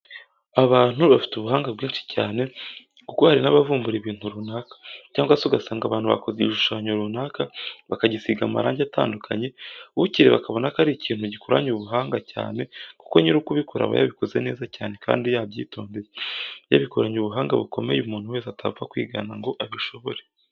Abantu bafite ubuhanga bwinshi cyane kuko hari n'abavumbura ibintu runaka, cyangwa se ugasanga abantu bakoze igishushanyo runaka bakagisiga amarangi atandukanye, ukireba akabona ko ari ikintu gikoranye ubuhanga cyane kuko nyiri kubikora aba yabikoze neza cyane kandi yabyitondeye, yabikoranye ubuhanga bukomeye umuntu wese atapfa kwigana ngo abishobore.